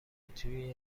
توی